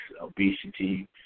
obesity